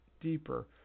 deeper